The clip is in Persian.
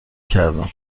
کردم